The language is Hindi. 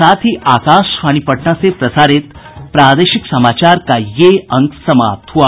इसके साथ ही आकाशवाणी पटना से प्रसारित प्रादेशिक समाचार का ये अंक समाप्त हुआ